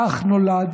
כך נולד